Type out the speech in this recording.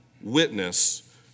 witness